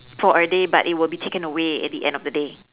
for a day but it will be taken away at the end of the day